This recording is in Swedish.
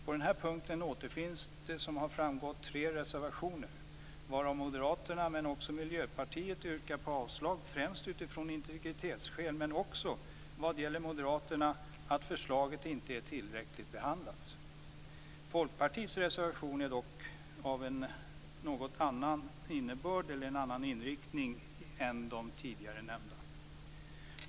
På den punkten återfinns tre reservationer, varav Moderaterna, men också Miljöpartiet, yrkar avslag främst av integritetsskäl men också enligt Moderaterna för att förslaget inte är tillräckligt behandlat. Folkpartiets reservation har en annan inriktning än de tidigare nämnda.